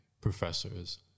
professors